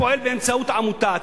פועל באמצעות עמותה?